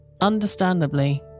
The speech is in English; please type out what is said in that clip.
Understandably